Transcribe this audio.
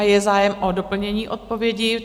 Je zájem o doplnění odpovědi?